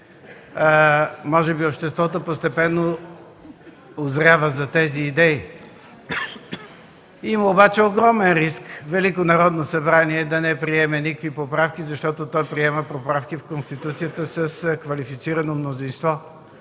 Може би обществото постепенно узрява за тези идеи. Има обаче огромен риск Великото Народно събрание да не приеме никакви поправки, защото то приема поправки в Конституцията с квалифицирано мнозинство.